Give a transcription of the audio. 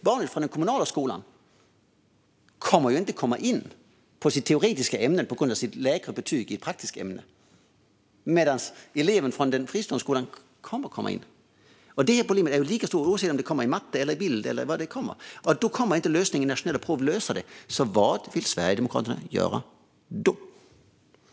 Barnen från den kommunala skolan kommer ju inte att komma in i teoretiska ämnen på grund av att de har lägre betyg i praktiska ämnen, medan elever från den fristående skolan kommer in. Det problemet är lika stort oavsett om det handlar om matte, bild eller något annat. Att koppla det till nationella prov kommer inte att lösa det. Vad vill Sverigedemokraterna göra då?